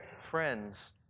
friends